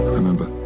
Remember